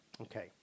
Okay